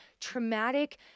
traumatic